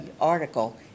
article